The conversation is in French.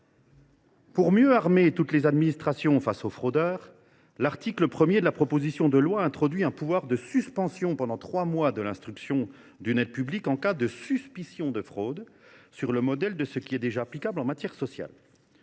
Pour mieux armer toutes les administrations face aux fraudeurs, l’article 1 de la proposition de loi introduit un pouvoir de suspension pendant trois mois de l’instruction d’une aide publique en cas de suspicion de fraude, sur le modèle de ce qui est déjà applicable en matière sociale.